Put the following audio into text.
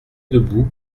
debout